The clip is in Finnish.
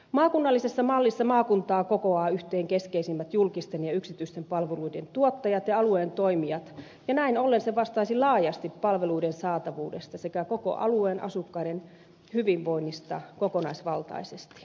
maakunnallisessa mallissa maakuntaa kokoavat yhteen keskeisimmät julkisten ja yksityisten palveluiden tuottajat ja alueen toimijat ja näin ollen se vastaisi laajasti palveluiden saatavuudesta sekä koko alueen asukkaiden hyvinvoinnista kokonaisvaltaisesti